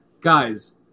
guys